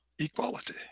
equality